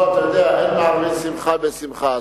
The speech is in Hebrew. לא, אתה יודע, אין מערבין שמחה בשמחה.